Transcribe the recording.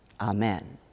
Amen